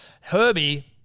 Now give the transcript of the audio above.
Herbie